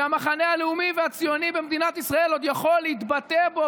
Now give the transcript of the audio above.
שהמחנה הלאומי והציוני במדינת ישראל עוד יכול להתבטא בו,